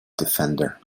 defender